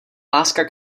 láska